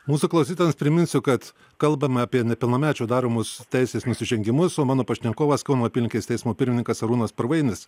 mūsų klausytojams priminsiu kad kalbame apie nepilnamečių daromus teisės nusižengimus o mano pašnekovas kauno apylinkės teismo pirmininkas arūnas parvainis